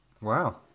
Wow